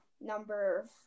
number